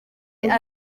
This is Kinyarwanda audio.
nina